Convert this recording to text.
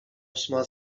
ósma